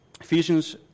Ephesians